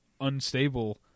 unstable